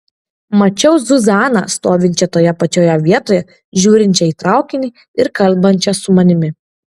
mačiau zuzaną stovinčią toje pačioje vietoje žiūrinčią į traukinį ir kalbančią su manimi